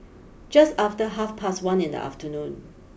just after half past one in the afternoon